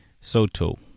Soto